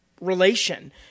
relation